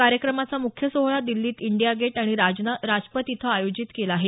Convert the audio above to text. कार्यक्रमाचा म्ख्य सोहळा दिल्लीत इंडिया गेट आणि राजपथ इथं आयोजित केला आहे